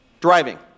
driving